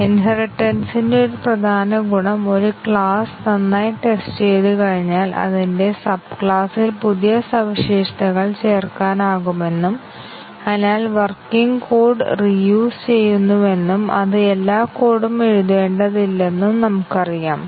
inheritance ന്റ്റെ ഒരു പ്രധാന ഗുണം ഒരു ക്ലാസ് നന്നായി ടെസ്റ്റ് ചെയ്ത് കഴിഞ്ഞാൽ അതിന്റെ സബ് ക്ലാസ്സിൽ പുതിയ സവിശേഷതകൾ ചേർക്കാനാകുമെന്നും അതിനാൽ വർക്കിംഗ് കോഡ് റീയൂസ് ചെയ്യുന്നുവെന്നും അത് എല്ലാ കോഡും എഴുതേണ്ടതില്ലെന്നും നമുക്ക് അറിയാം